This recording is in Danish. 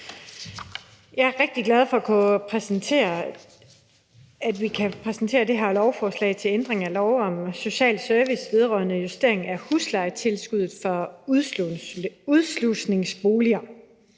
Jeg er rigtig glad for, at vi kan præsentere det her lovforslag om ændring af lov om social service vedrørende justering af huslejetilskuddet for udslusningsboliger.